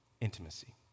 intimacy